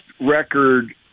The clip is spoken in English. record